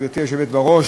גברתי היושבת בראש,